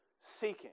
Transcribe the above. seeking